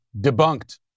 Debunked